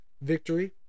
victory